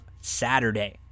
Saturday